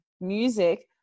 music